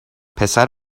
پسر